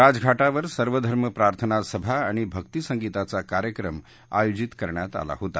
राजघाटावर सर्वधर्म प्रार्थना सभा आणि भक्ती संगीताचा कार्यक्रम आयोजित करण्यात आला होता